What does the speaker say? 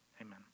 amen